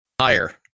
higher